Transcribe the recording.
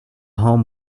home